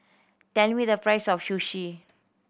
tell me the price of Sushi